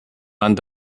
land